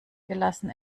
gelassen